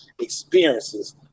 experiences